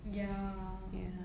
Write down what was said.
ya